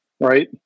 right